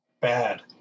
bad